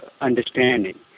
understanding